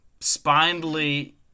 spindly